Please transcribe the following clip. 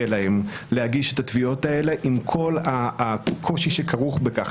להם להגיש את התביעות האלה עם כל הקושי שכרוך בכך.